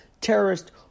terrorist